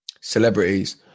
celebrities